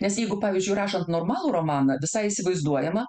nes jeigu pavyzdžiui rašant normalų romaną visai įsivaizduojama